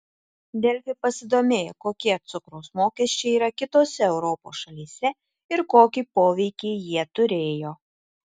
delfi pasidomėjo kokie cukraus mokesčiai yra kitose europos šalyse ir kokį poveikį jie turėjo